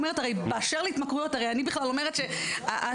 באשר להתמכרויות הרי אני בכלל אומרת שצריך